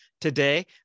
Today